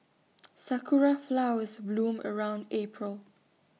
Sakura Flowers bloom around April